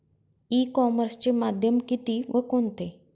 E कॉमर्सचे माध्यम किती व कोणते?